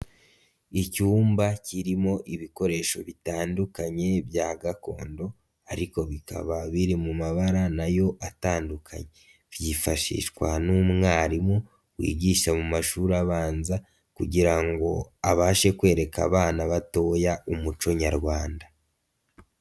Icyumba kirimo ibikoresho bitandukanye bya gakondo ariko bikaba biri mu mabara na yo atandukanye, byifashishwa n'umwarimu wigisha mu mashuri abanza kugira ngo abashe kwereka abana batoya umuco nyarwanda.